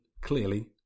clearly